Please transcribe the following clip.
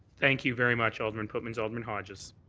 thank you, very much alderman pootmans. alderman hodges?